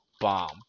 bomb